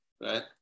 right